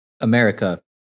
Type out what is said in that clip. America